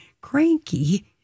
cranky